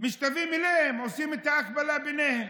משווים אליהם, עושים את ההקבלה איתן: